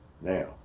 now